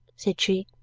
said she.